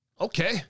Okay